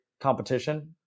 competition